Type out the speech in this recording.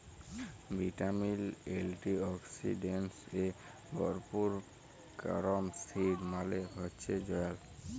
vitamin, antioxidants এ ভরপুর carom seed মালে হচ্যে জয়াল